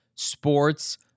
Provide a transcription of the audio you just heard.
Sports